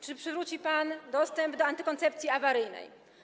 Czy przywróci pan dostęp do antykoncepcji awaryjnej?